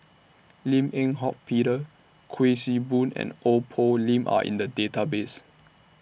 Lim Eng Hock Peter Kuik Swee Boon and Ong Poh Lim Are in The Database